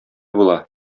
була